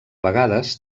vegades